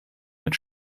mit